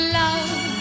love